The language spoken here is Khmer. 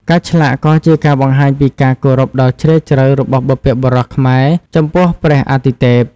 ការឆ្លាក់ក៏ជាការបង្ហាញពីការគោរពដ៏ជ្រាលជ្រៅរបស់បុព្វបុរសខ្មែរចំពោះព្រះអាទិទេព។